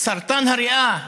סרטן הריאה,